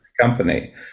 company